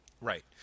Right